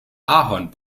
ahorn